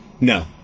No